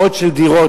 מאות של דירות,